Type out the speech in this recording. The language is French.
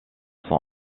son